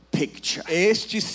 picture